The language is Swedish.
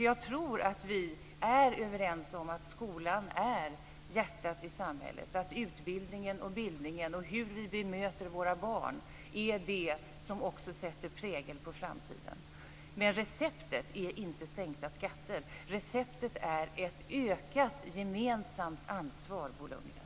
Jag tror nämligen att vi är överens om att skolan är hjärtat i samhället, att utbildningen, bildningen och hur vi bemöter våra barn är det som också sätter prägel på framtiden. Men receptet är inte sänkta skatter. Receptet är ett ökat gemensamt ansvar, Bo Lundgren.